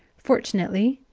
fortunately,